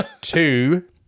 two